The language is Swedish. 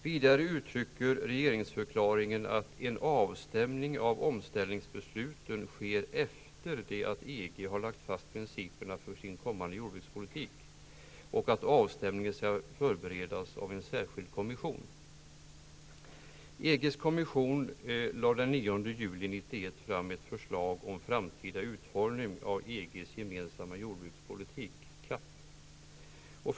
Vidare uttrycker regeringsförklaringen att ''En avstämning av omställningsbesluten sker efter det att EG har lagt fast principerna för sin kommande jordbrukspolitik. Denna förbereds av en särskild kommission.'' EGs kommission lade den 9 juli 1991 fram förslag till framtida utformning av EGs gemensamma jordbrukspolitik, CAP.